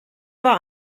war